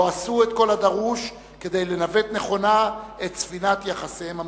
לא עשו את כל הדרוש כדי לנווט נכונה את ספינת יחסיהן המשותפים.